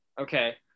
okay